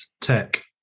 tech